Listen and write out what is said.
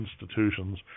institutions